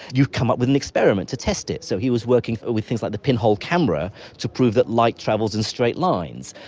you come up with an experiment to test it. so he was working with things like the pinhole camera to prove that light travels in straight lines.